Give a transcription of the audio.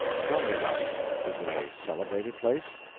tell me about it. is it a celebrated place?